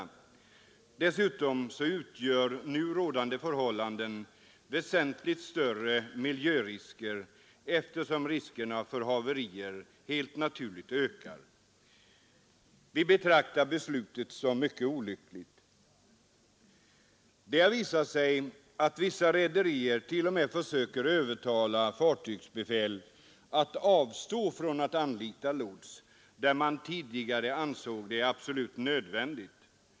Dessutom utgör nu rådande förhållanden väsentligt större miljörisker, eftersom riskerna för haverier helt naturligt ökar. Vi betraktar beslutet som mycket olyckligt. Det har visat sig att vissa rederier t.o.m. försöker övertala fartygsbefäl att avstå från att anlita lots där man tidigare ansåg det absolut nödvändigt.